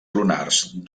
lunars